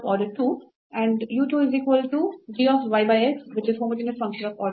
ಆದ್ದರಿಂದ ಇದು ದರ್ಜೆ 0 ರ ಸಮಜಾತೀಯ ಉತ್ಪನ್ನವಾಗಿದೆ